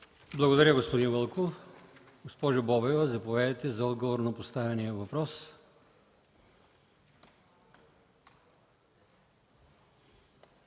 Благодаря, господин Вълков. Госпожо Бобева, заповядайте за отговор на поставения въпрос.